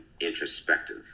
introspective